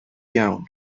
iawn